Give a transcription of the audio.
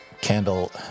candle